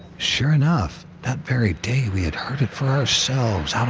sure enough, that very day we had heard it for ourselves um